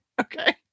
Okay